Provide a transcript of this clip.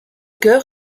chœur